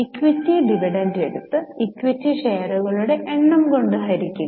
equity dividend എടുത്ത് equity ഷെയറുകളുടെ എണ്ണം കൊണ്ട് ഹരിക്കുക